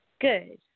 good